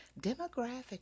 Demographic